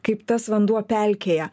kaip tas vanduo pelkėje